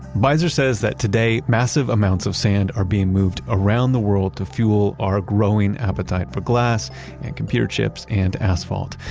beiser says that today massive amounts of sand are being moved around the world to fuel our growing appetite for glass and computer chips and asphalt.